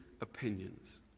opinions